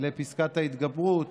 לפסקת ההתגברות